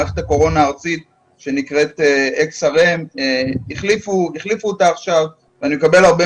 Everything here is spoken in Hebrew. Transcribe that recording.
מערכת הקורונה הארצית שנקראת XRM. אני מקבל הרבה